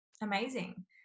Amazing